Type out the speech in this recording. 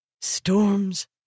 Storms